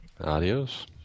Adios